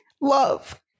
love